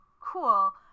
cool